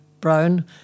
Brown